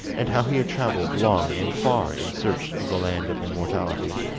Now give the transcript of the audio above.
and how he had travelled long and far in search of the land of immortality.